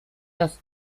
dass